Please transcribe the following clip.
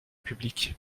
public